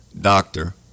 doctor